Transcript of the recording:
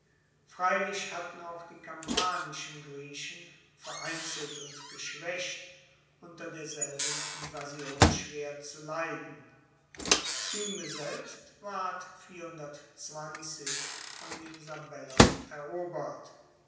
freilich hatten auch die kampanischen griechen vereinzelt und geschwaecht unter derselben invasion schwer zu leiden kyme selbst ward von den sabellern erobert